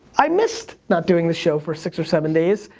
i missed not doing the show for six or seven days.